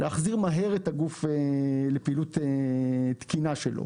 להחזיר מהר את הגוף לפעילות תקינה שלו.